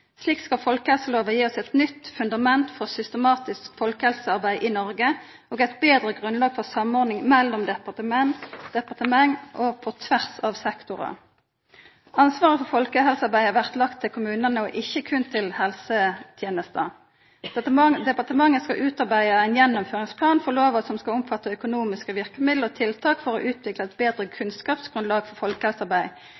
Slik skal folkehelselova gi oss eit nytt fundament for systematisk folkehelsearbeid i Noreg og eit betre grunnlag for samordning mellom departement og på tvers av sektorar. Ansvaret for folkehelsearbeidet blir lagt til kommunane og ikkje berre til helsetenesta. Departementet skal utarbeida ein gjennomføringsplan for lova som skal omfatta økonomiske verkemiddel og tiltak, for å utvikla eit betre